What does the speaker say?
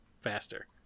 faster